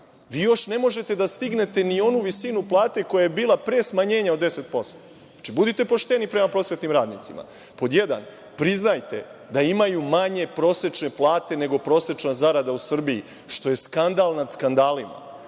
Vi još ne možete da stignete ni onu visinu plate koja je bila pre smanjenja od 10%. Budite pošteni prema prosvetnim radnicima. Pod jedan, priznajte da imaju manje prosečne plate nego prosečna zarada u Srbiji, što je skandal nad skandalima,